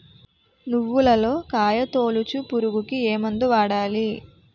నువ్వులలో కాయ తోలుచు పురుగుకి ఏ మందు వాడాలి?